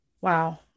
Wow